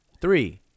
Three